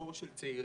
דור של צעירים,